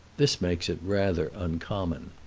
this makes it rather uncommon.